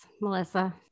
Melissa